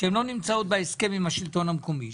שהן לא נמצאות בהסכם עם השלטון המקומי,